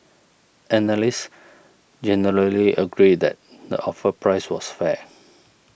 analysts generally agreed that the offer price was fair